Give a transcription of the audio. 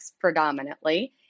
predominantly